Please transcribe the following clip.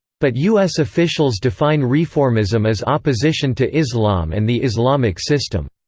but u s. officials define reformism as opposition to islam and the islamic system.